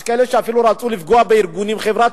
יש כאלה שאפילו רצו לפגוע בארגונים חברתיים,